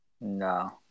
No